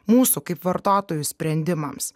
mūsų kaip vartotojų sprendimams